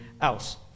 else